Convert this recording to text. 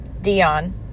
Dion